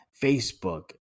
facebook